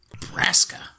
Nebraska